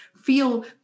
feel